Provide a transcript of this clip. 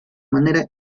manera